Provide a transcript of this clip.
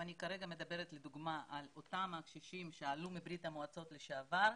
ואני כרגע מדברת לדוגמה על אותם קשישים שעלו מברית המועצות לשעבר,